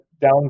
down